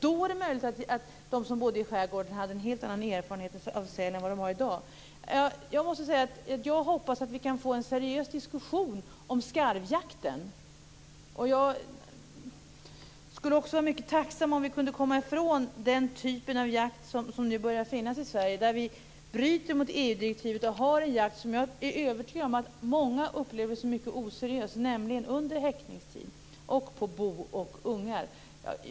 Det är möjligt att de som bodde i skärgården då hade en helt annan erfarenhet av säl än vad man har i dag. Jag hoppas att vi kan få en seriös diskussion om skarvjakten. Jag skulle också vara mycket tacksam om vi kunde komma ifrån den typ av jakt som nu börjar bedrivas i Sverige. Vi bryter mot EU-direktivet och bedriver en jakt under häckningstid och på bo och ungar som jag är övertygad om att många upplever som mycket oseriös.